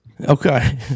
Okay